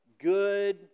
good